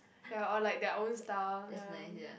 ya or like their own stuff ya